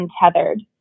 untethered